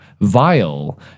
vile